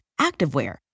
activewear